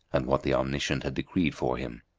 and what the omniscient had decreed for him.